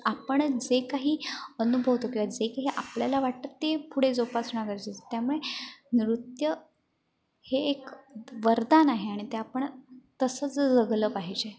आपण जे काही अनुभवतो किवा जे काही आपल्याला वाटतं ते पुढे जोपासणं गरजेचं त्यामुळे नृत्य हे एक वरदान आहे आणि ते आपण तसंच जगलं पाहिजे